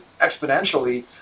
exponentially